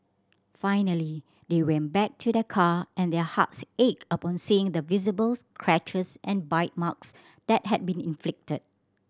finally they went back to their car and their hearts ached upon seeing the visibles scratches and bite marks that had been inflicted